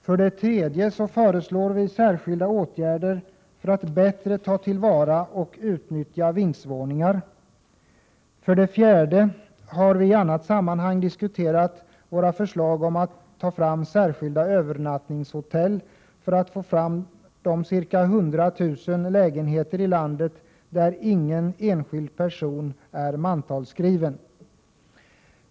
För det tredje föreslår vi särskilda åtgärder för att bättre ta till vara och utnyttja vindsvåningar. För det fjärde har vi i annat sammanhang diskuterat våra förslag om att ta fram särskilda övernattningshotell för att få fram de ca 100 000 lägenheter i landet där ingen enskild person är mantalsskriven.